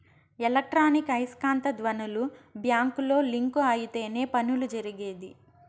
electronic ఐస్కాంత ధ్వనులు బ్యాంకుతో లింక్ అయితేనే పనులు జరిగేది